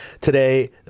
today